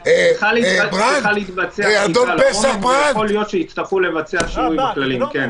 --- יכול להיות שיצטרכו לבצע שינוי בכללים, כן.